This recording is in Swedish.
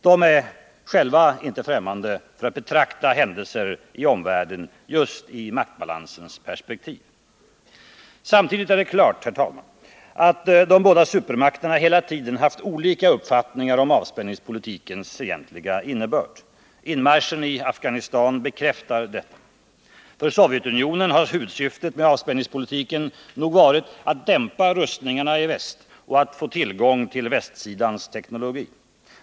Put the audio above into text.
De är själva inte främmande för att betrakta händelser i omvärlden just i maktbalansens perspektiv. Samtidigt är det klart, herr talman, att de båda supermakterna hela tiden haft olika uppfattningar om avspänningspolitikens egentliga innebörd. Inmarschen i Afghanistan bekräftar detta. För Sovjetunionen har huvudsyftet med avspänningspolitiken nog varit att dämpa rustningarna i väst och att få tillgång till västsidans teknologi.